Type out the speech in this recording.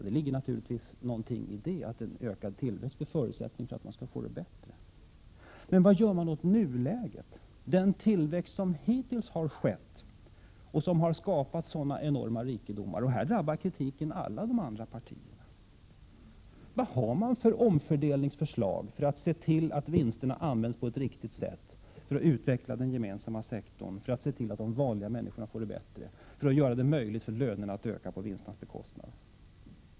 Det ligger naturligtvis någonting i detta, att en ökad tillväxt är förutsättningen för att man skall få det bättre. Men vad gör man i nuläget, när det gäller den tillväxt som hittills skett och som har skapat sådana enorma rikedomar. Och här drabbar kritiken alla de andra partierna också. Vad har man för omfördelningsförslag för att se till att vinsterna används på ett riktigt sätt — för att utveckla den gemensamma sektorn, för att se till att de vanliga människorna får det bättre, för att möjliggöra att lönerna ökar på vinsternas bekostnad?